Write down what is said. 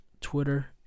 Twitter